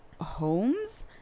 homes